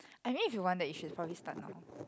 I mean if you want that you should probably start now